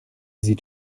sieht